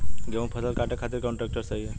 गेहूँक फसल कांटे खातिर कौन ट्रैक्टर सही ह?